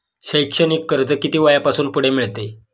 शैक्षणिक कर्ज किती वयापासून पुढे मिळते?